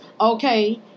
okay